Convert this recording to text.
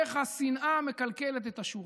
איך השנאה מקלקלת את השורה.